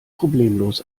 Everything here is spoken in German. problemlos